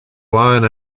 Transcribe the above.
wine